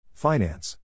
Finance